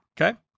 Okay